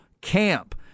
camp